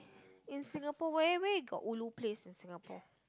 in Singapore where where got ulu place in Singapore